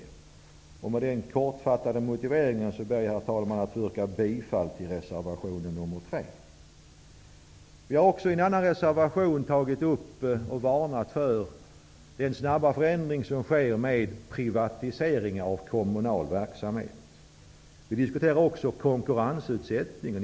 Herr talman! Med den kortfattade motiveringen ber jag att få yrka bifall till reservation nr 3. I en annan reservation har vi tagit upp och varnat för den snabba förändring som sker vid privatisering av kommunal verksamhet. Vi diskuterar också konkurrensutsättningen.